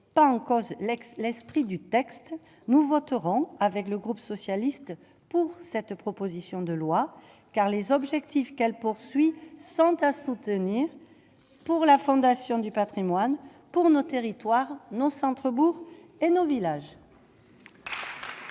pas en cause l'ex-l'esprit du texte, nous voterons avec le groupe socialiste pour cette proposition de loi car les objectifs qu'elle poursuit 100 à soutenir pour la Fondation du Patrimoine pour nos territoires nos centres bourgs et nos villages. Merci, cher